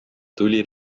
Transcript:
tuli